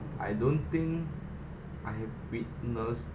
I don't think I have witnessed